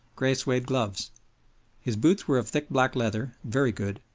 gray suede gloves his boots were of thick black leather, very good,